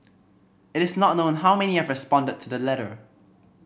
it is not known how many have responded to the letter